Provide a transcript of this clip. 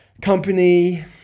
company